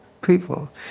people